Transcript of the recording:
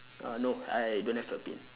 uh no I don't have a pin